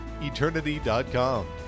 Eternity.com